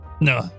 No